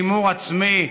עשר דקות, אדוני.